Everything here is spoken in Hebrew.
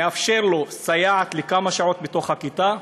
מאפשר לו סייעת לכמה שעות בכיתה,